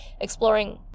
exploring